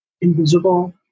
invisible